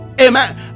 amen